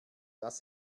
das